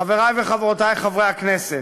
חברי וחברותי חברי הכנסת,